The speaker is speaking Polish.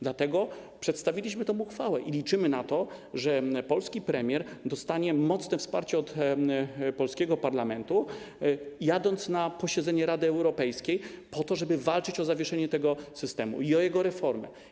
Dlatego przedstawiliśmy tę uchwałę i liczymy na to, że premier dostanie mocne wsparcie polskiego parlamentu, jadąc na posiedzenie Rady Europejskiej po to, żeby walczyć o zawieszenie tego systemu i o jego reformę.